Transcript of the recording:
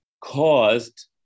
caused